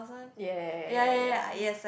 ya ya ya ya ya